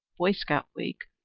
boy scout week,